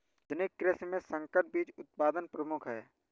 आधुनिक कृषि में संकर बीज उत्पादन प्रमुख है